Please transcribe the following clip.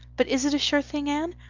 but is it a sure thing, anne?